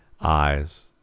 eyes